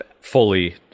fully